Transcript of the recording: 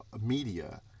media